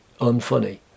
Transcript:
unfunny